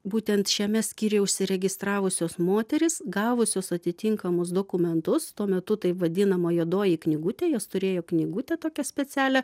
būtent šiame skyriuje užsiregistravusios moterys gavusios atitinkamus dokumentus tuo metu taip vadinama juodoji knygutė jos turėjo knygutę tokią specialią